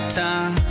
time